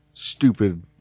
Stupid